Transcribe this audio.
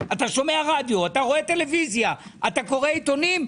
שומע רדיו, רואה טלוויזיה, קורא עיתונים,